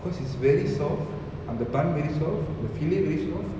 cause it's very soft and the bun very soft the fillet very soft